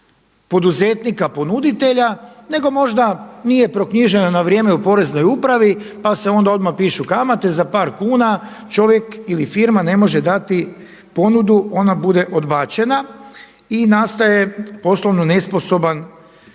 poduzetnika ponuditelja, nego možda nije proknjižena na vrijeme u Poreznoj upravi pa se onda odmah pišu kamate za par kuna čovjek ili firma ne može dati ponudu, ona bude odbačena i nastaje poslovno nesposoban